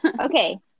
Okay